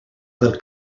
del